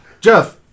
Jeff